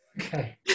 Okay